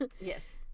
Yes